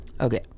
Okay